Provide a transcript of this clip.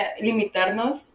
Limitarnos